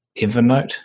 Evernote